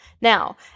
Now